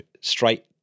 straight